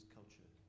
culture